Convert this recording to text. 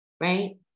right